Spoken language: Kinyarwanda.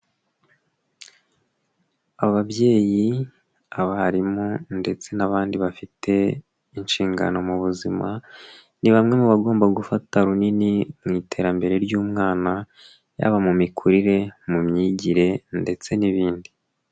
Ababyeyi, abarimu ndetse n'abandi bafite inshingano mu buzima, ni bamwe mu bagomba gufata runini mu iterambere ry'umwana, yaba mu mikurire, mu myigire ndetse n'ibindi.